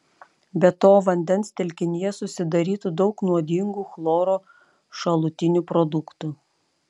be to vandens telkinyje susidarytų daug nuodingų chloro šalutinių produktų